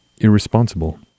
irresponsible